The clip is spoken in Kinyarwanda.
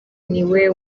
niwe